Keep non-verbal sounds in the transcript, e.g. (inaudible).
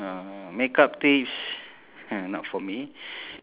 makeup tips (noise) not for me